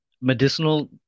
Medicinal